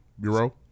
Bureau